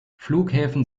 flughäfen